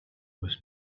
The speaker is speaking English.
was